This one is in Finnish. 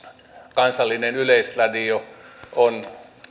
kansallinen yleisradio on